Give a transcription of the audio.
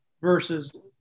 versus